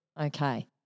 Okay